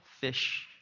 fish